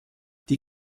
die